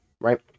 Right